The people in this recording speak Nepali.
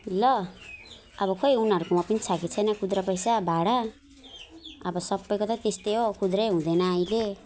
ल अब खोइ उनीहरूको पनि छ कि छैन खुद्रा पैसा भाडा अब सबैको त त्यस्तै हो खुद्रै हुँदैन अहिले